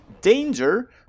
Danger